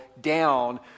down